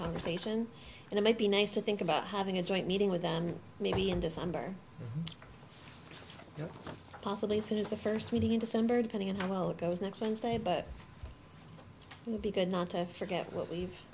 conversation and it might be nice to think about having a joint meeting with them and maybe in december possibly sort of the first meeting in december depending on how well it goes next wednesday but because not to forget what we've